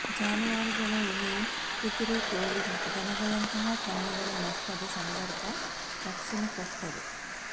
ಜಾನುವಾರುಗಳ ವಿಮೆಯು ಕುದುರೆ, ಕೋಳಿ ಮತ್ತು ದನಗಳಂತಹ ಪ್ರಾಣಿಗಳ ನಷ್ಟದ ಸಂದರ್ಭ ರಕ್ಷಣೆ ಕೊಡ್ತದೆ